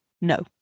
No